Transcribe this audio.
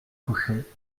touchet